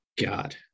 God